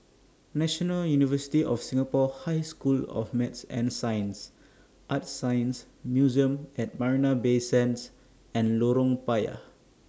National University of Singapore High School of Math and Science ArtScience Museum At Marina Bay Sands and Lorong Payah